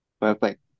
Perfect